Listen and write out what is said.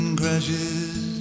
crashes